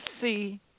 see